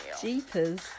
Jeepers